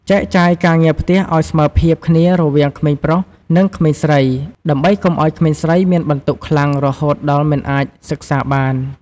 ចែកចាយការងារផ្ទះឱ្យស្មើភាពគ្នារវាងក្មេងប្រុស និងក្មេងស្រី ដើម្បីកុំឱ្យក្មេងស្រីមានបន្ទុកខ្លាំងរហូតដល់មិនអាចសិក្សាបាន។